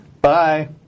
Bye